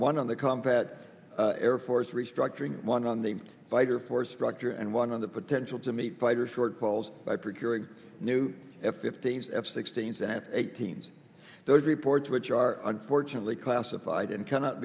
one on the combat air force restructuring one on the fighter force structure and one on the potential to meet fighter shortfalls by procuring new f fifteen s f sixteen s and eight teams those reports which are unfortunately classified and cannot